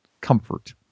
comfort